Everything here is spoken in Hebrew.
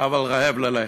אבל רעב ללחם.